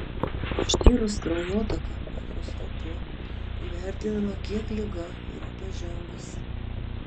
ištyrus kraujotaką echoskopu įvertinama kiek liga yra pažengusi